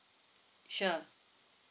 sure